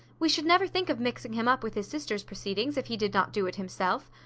we should never think of mixing him up with his sister's proceedings, if he did not do it himself.